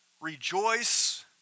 rejoice